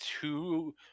two